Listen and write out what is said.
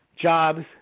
jobs